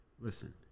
listen